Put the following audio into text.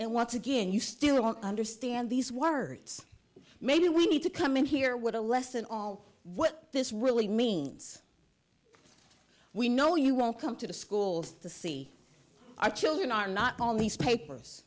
and once again you still don't understand these words maybe we need to come in here with a lesson on what this really means we know you won't come to the schools to see our children are not all these papers